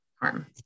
harm